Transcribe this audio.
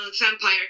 vampire